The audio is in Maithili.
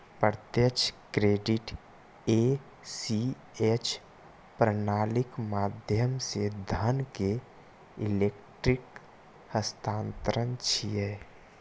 प्रत्यक्ष क्रेडिट ए.सी.एच प्रणालीक माध्यम सं धन के इलेक्ट्रिक हस्तांतरण छियै